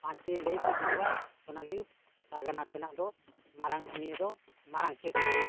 ᱯᱟᱸᱪᱴᱤ ᱞᱟᱹᱭ ᱛᱮ ᱫᱩᱲᱩᱵ ᱟᱭ ᱚᱱᱟᱜᱮ ᱯᱟᱨᱜᱟᱱᱟ ᱴᱷᱮᱱᱟᱜ ᱫᱚ ᱢᱟᱨᱟᱝ ᱩᱱᱤᱭ ᱫᱚ ᱢᱟᱨᱟᱝ ᱠᱮᱥ ᱠᱟᱱ ᱛᱟᱭᱟ